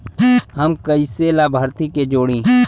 हम कइसे लाभार्थी के जोड़ी?